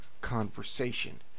conversation